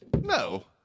No